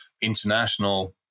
International